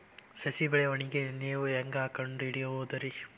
ಸಸಿ ಬೆಳವಣಿಗೆ ನೇವು ಹ್ಯಾಂಗ ಕಂಡುಹಿಡಿಯೋದರಿ?